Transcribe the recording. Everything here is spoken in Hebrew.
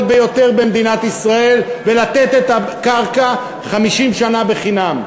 ביותר במדינת ישראל ולתת את הקרקע 50 שנה בחינם.